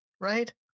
right